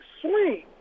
swing